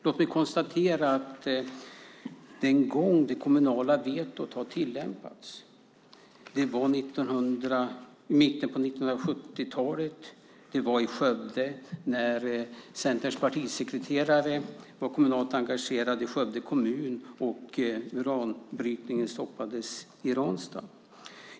Låt mig konstatera att den gång det kommunala vetot tillämpades var det i mitten av 70-talet i Skövde när Centerns partisekreterare var engagerad i Skövde kommun och uranbrytningen stoppades i Ranstad.